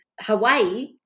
Hawaii